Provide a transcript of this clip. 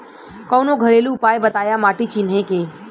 कवनो घरेलू उपाय बताया माटी चिन्हे के?